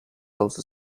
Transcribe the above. also